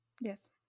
yes